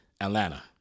Atlanta